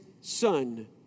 son